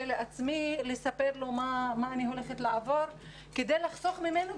לעצמי לספר לו מה אני הולכת לעבור כדי לחסוך ממנו,